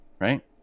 Right